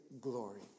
glory